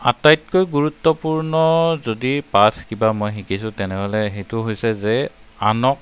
আটাইতকৈ গুৰুত্ত্বপূৰ্ণ যদি পাঠ কিবা মই শিকিছো তেনেহ'লে সেইটো হৈছে যে আনক